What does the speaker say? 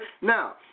Now